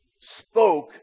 spoke